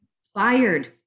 inspired